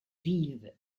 visent